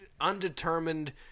undetermined